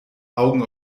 augen